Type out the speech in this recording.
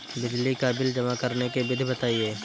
बिजली का बिल जमा करने की विधि बताइए?